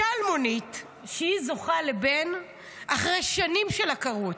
אישה אלמונית שזוכה לבן אחרי שנים של עקרות.